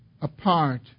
apart